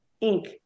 ink